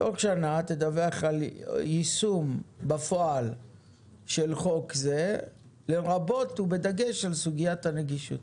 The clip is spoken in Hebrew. עוד שנה תדווח על יישום בפועל של חוק זה לרבות ובדגש על סוגית הנגישות.